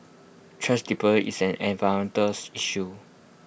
thrash dispose is an issue